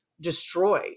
destroy